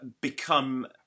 become